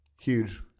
huge